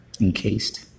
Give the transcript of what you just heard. encased